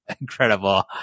Incredible